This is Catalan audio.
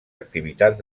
activitats